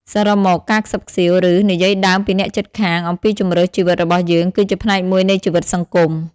សរុបមក ការខ្សឹបខ្សៀវ ឬ និយាយដើមពីអ្នកជិតខាងអំពីជម្រើសជីវិតរបស់យើង គឺជាផ្នែកមួយនៃជីវិតសង្គម។